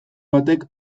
batek